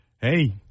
Hey